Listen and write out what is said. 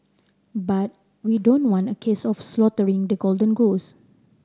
but we don't want a case of slaughtering the golden goose